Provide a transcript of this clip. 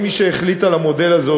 מי שהחליטו על המודל הזה,